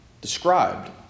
described